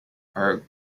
are